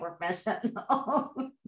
professional